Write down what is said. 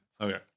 Okay